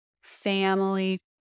family